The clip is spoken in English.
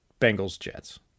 Bengals-Jets